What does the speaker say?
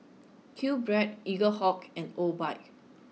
QBread Eaglehawk and Obike